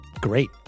Great